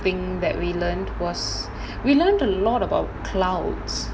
thing that we learned was we learned a lot about clouds